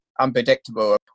unpredictable